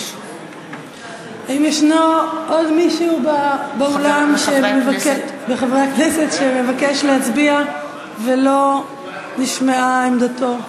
האם יש עוד מישהו מחברי הכנסת שמבקש להצביע ולא נשמעה עמדתו?